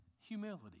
humility